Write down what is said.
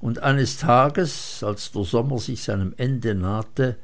und eines tages als der sommer sich seinem ende nahte